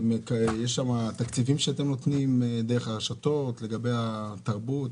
יש שם תקציבים שאתם נותנים דרך הרשתות לגבי התרבות,